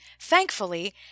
Thankfully